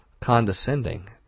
condescending